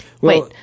Wait